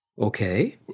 Okay